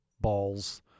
balls